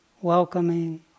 Welcoming